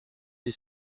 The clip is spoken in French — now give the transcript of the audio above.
des